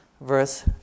verse